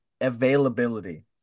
availability